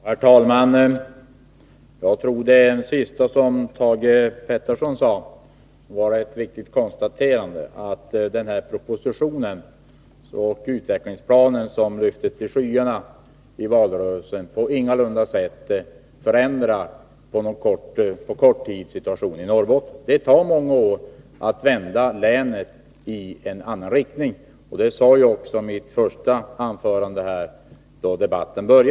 Herr talman! Jag tror att det senaste som Thage Peterson sade var ett riktigt konstaterande, att propositionen — och den utvecklingsplan som lyftes till skyarna i valrörelsen — ingalunda på kort tid förändrar situationen i Norrbotten. Det tar många år att vända utvecklingen i länet i annan riktning. Det sade jag också i mitt huvudanförande i början av debatten.